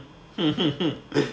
mm